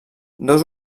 dos